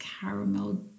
caramel